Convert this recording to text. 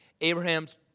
Abraham's